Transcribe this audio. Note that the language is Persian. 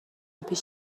پیش